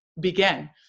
began